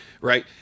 right